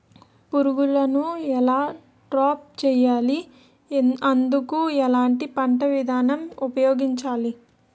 పురుగులను ఎలా ట్రాప్ చేయాలి? అందుకు ఎలాంటి పంట విధానం ఉపయోగించాలీ?